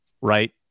Right